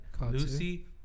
Lucy